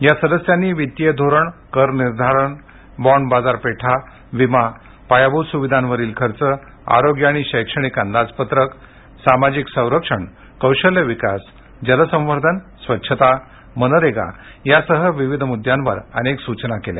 या सदस्यांनी वित्तीय धोरण कर निर्धारण बाँड बाजारपेठा विमा पायाभूत सुविधांवरील खर्च आरोग्य आणि शैक्षणिक अंदाजपत्रक सामाजिक संरक्षण कौशल्य विकास जल संवर्धन स्वच्छता मनरेगा यासह विविध मुद्यांवर अनेक सूचना केल्या